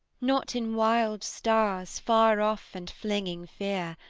not in wild stars, far off and flinging fear,